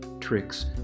tricks